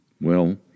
Well